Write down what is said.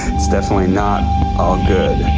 it's definitely not all good